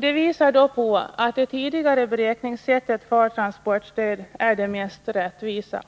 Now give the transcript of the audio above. Det visar på att det tidigare sättet att beräkna transportstöd är det mest rättvisa.